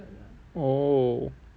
oh